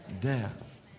Death